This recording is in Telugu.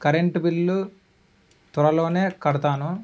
కరెంటు బిల్లు త్వరలోనే కడతాను